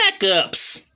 Backups